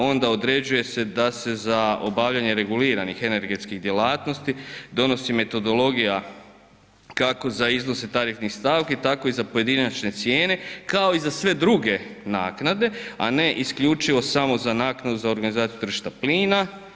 Onda određuje se da se za obavljanje reguliranih energetskih djelatnosti donosi metodologija kako za iznose tarifnih stavki tako i za pojedinačne cijene kao i za sve druge naknade, a ne isključivo samo za naknadu za organizaciju tržišta plina.